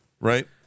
Right